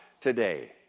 today